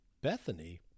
Bethany